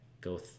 Go